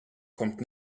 kommt